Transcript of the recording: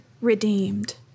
redeemed